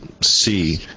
see